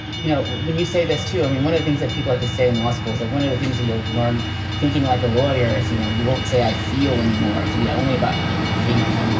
you know, when you say this, too. i mean, one of the things that people at the same law school is that one of the things we all learn thinking like a lawyer is, you know, you won't say i feel anymore. and we only about what you think,